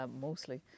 mostly